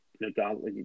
regardless